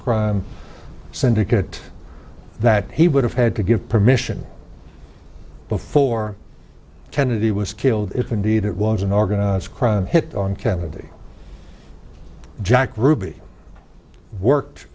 crime syndicate that he would have had to give permission before kennedy was killed if indeed it was an organized crime hit on kennedy jack ruby worked